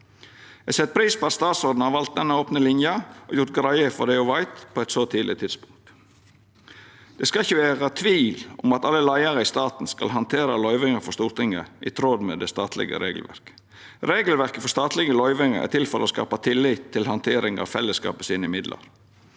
Eg set pris på at statsråden har valt denne opne linja og gjort greie for det ho veit, på eit så tidleg tidspunkt. Det skal ikkje vera tvil om at alle leiarar i staten skal handtera løyvingar frå Stortinget i tråd med det statlege regelverket. Regelverket for statlege løyvingar er til for å skapa tillit til handtering av fellesskapet sine midlar.